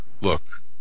look